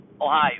ohio